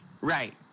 Right